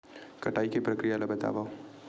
कटाई के प्रक्रिया ला बतावव?